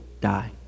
die